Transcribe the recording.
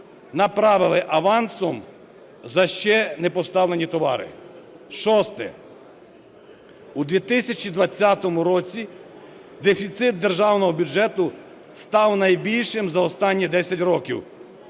направили авансом за ще непоставлені товари. Шосте. У 2020 році дефіцит державного бюджету став найбільшим за останні 10 років